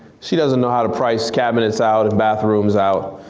she doesn't know how to price cabinets out, and bathrooms out.